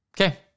Okay